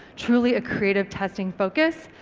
truly a creative testing focus,